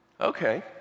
Okay